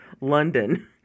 London